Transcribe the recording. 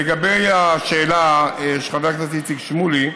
לגבי השאלה של חבר הכנסת איציק שמולי,